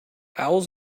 owls